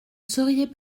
seriez